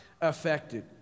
affected